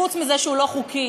חוץ מזה שהוא לא חוקי,